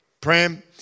pram